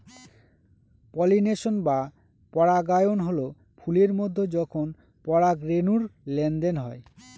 pollination বা পরাগায়ন হল ফুলের মধ্যে যখন পরাগরেনুর লেনদেন হয়